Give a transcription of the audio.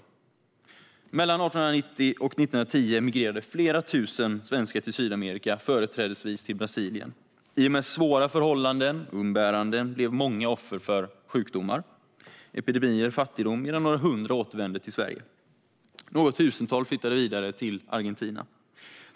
Mellan 1890 och 1910 emigrerade flera tusen svenskar till Sydamerika, företrädesvis till Brasilien. I och med svåra förhållanden och umbäranden blev många offer för sjukdomar, epidemier och fattigdom, medan några hundra återvände till Sverige. Något tusental flyttade vidare till Argentina.